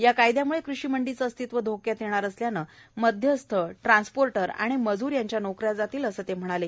या कायदयामुळे कृषी मंडीचे अस्तित्व धोक्यात येणार असल्याने मध्यस्थ ट्रान्सपोर्टर आणि मजूर यांच्या नोकऱ्या जातील अस ते म्हणाले